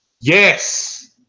Yes